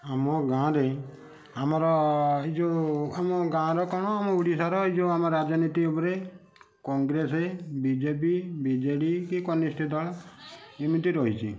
ଆମ ଗାଁରେ ଆମର ଏଇ ଯେଉଁ ଆମ ଗାଁର କ'ଣ ଓଡ଼ିଶାର ଏଇ ଯେଉଁ ଆମ ରାଜନୀତି ଉପରେ କଂଗ୍ରେସ ବିଜେପି ବିଜେଡ଼ି କି କନିଷ୍ଠଦଳ ଏମିତି ରହିଛି